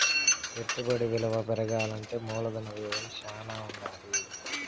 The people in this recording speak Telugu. పెట్టుబడి విలువ పెరగాలంటే మూలధన వ్యయం శ్యానా ఉండాలి